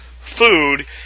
food